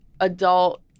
adult